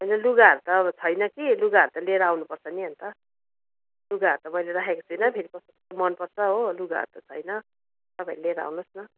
होइन लुगाहरू त अब छैन कि लुगाहरू त लिएर आउनुपर्छ नि अन्त लुगाहरू त मैले राखेको छुइनँ फेरि कस्तो कस्तो मनपर्छ हो लुगाहरू त छैन तपाईँ लिएर आउनुहोस् न